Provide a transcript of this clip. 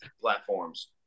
platforms